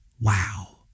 Wow